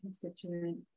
constituent